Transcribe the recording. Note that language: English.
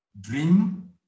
dream